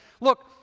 look